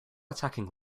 attacking